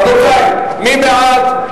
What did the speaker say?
רבותי, מי בעד?